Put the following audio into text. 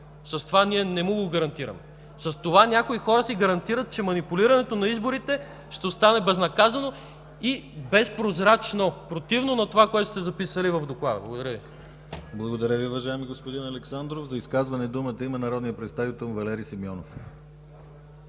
С това ние не му го гарантираме. С това някои хора си гарантират, че манипулирането на изборите ще остане безнаказано и безпрозрачно – противно на това, което сте записали в Доклада. Благодаря Ви. ПРЕДСЕДАТЕЛ ДИМИТЪР ГЛАВЧЕВ: Благодаря, уважаеми господин Александров. За изказване има думата народният представител Валери Симеонов.